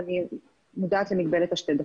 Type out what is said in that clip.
ואני מודעת למגבלת השתי דקות.